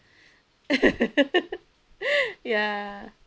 ya